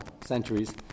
centuries